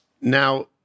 Now